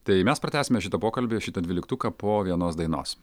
tai mes pratęsime šitą pokalbį šitą dvyliktuką po vienos dainos